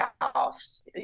house